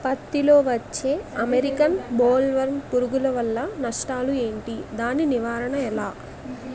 పత్తి లో వచ్చే అమెరికన్ బోల్వర్మ్ పురుగు వల్ల నష్టాలు ఏంటి? దాని నివారణ ఎలా?